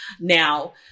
Now